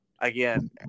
again